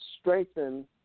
strengthen